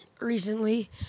recently